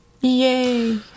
Yay